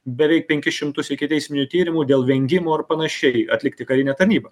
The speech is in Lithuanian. beveik penkis šimtus ikiteisminių tyrimų dėl vengimo ar panašiai atlikti karinę tarnybą